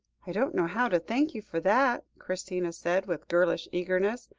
i don't know how to thank you for that, christina said, with girlish eagerness.